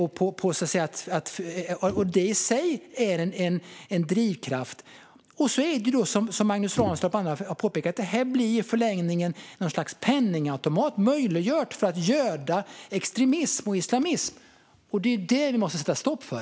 Det är i sig en drivkraft. Som Magnus Ranstorp och andra har påpekat blir detta i förlängningen en penningautomat som möjliggör ett gödande av extremism och islamism. Det måste vi sätta stopp för.